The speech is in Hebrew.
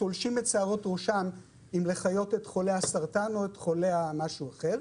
תולשים את שערות ראשם אם להחיות את חולי הסרטן או את חולי מחלות אחרות,